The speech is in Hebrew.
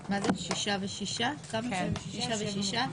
מטעם הוועדה לביטחון לאומי חברי הכנסת: